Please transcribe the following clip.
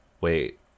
Wait